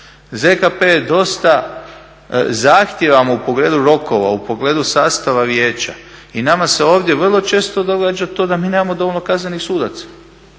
ZKP je dosta zahtjevan u pogledu rokova u pogledu sastava vijeća i nama se ovdje vrlo često događa da mi nemamo dovoljno kaznenih sudaca.